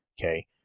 Okay